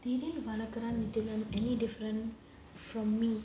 இதே வளக்குறாங்க:ithae valakuraanga any different from me